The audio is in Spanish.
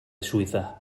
suiza